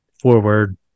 forward